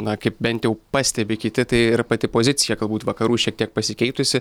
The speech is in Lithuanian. na kaip bent jau pastebi kiti tai ir pati pozicija galbūt vakarų šiek tiek pasikeitusi